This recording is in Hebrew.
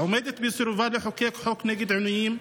עומדת בסירובה לחוקק חוק נגד עינויים,